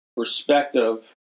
perspective